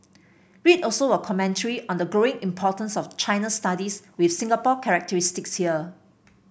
read also a commentary on the growing importance of China studies with Singapore characteristics here